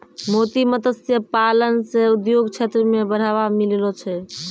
मोती मत्स्य पालन से उद्योग क्षेत्र मे बढ़ावा मिललो छै